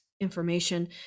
information